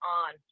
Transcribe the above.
on